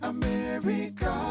America